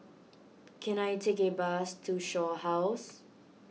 can I take a bus to Shaw House